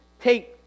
Take